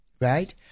right